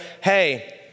hey